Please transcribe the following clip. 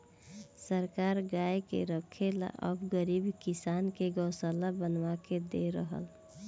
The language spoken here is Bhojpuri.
सरकार गाय के रखे ला अब गरीब किसान के गोशाला बनवा के दे रहल